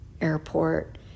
Airport